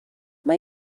mae